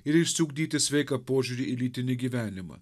ir išsiugdyti sveiką požiūrį į lytinį gyvenimą